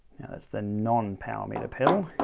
that's the non power meter pedal.